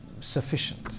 sufficient